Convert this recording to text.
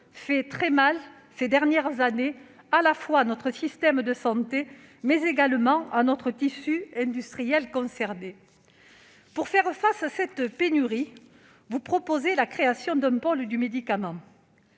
fait mal, ces dernières années, à la fois à notre système de santé et à notre tissu industriel. Pour faire face à cette pénurie, vous proposez la création d'un pôle public du médicament.